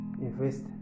invest